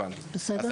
הבנתי.